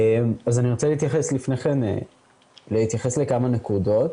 אני רוצה להתייחס לכמה נקודות.